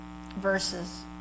verses